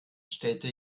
stellte